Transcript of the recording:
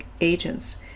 agents